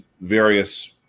various